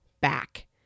back